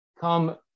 come